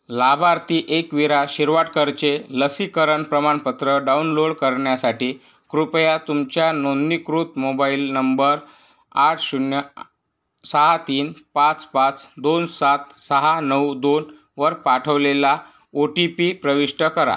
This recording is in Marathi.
लाभार्थी एकवीरा शिरवाडकरचे लसीकरण प्रमाणपत्र डाउनलोड करण्यासाठी कृपया तुमच्या नोंदणीकृत मोबाइल नंबर आठ शून्य सहा तीन पाच पाच दोन सात सहा नऊ दोनवर पाठवलेला ओटीपी प्रविष्ट करा